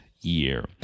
year